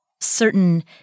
certain